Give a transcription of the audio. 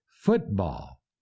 football